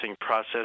process